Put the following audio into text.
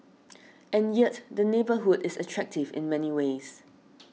and yet the neighbourhood is attractive in many ways